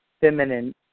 feminine